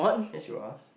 yes you are